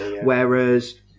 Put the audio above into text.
Whereas